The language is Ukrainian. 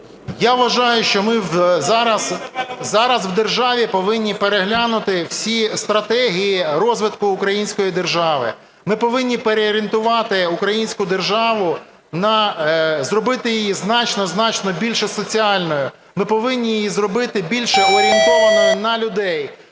Я вважаю, що ми зараз у державі повинні переглянути всі стратегії розвитку української держави. Ми повинні переорієнтувати українську державу, зробити її значно-значно більш асоціальною, ми повинні її зробити більше орієнтованою на людей.